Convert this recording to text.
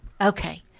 Okay